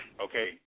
Okay